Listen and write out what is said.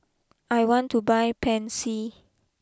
I want to buy Pansy